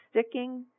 sticking